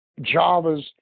Javas